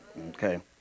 Okay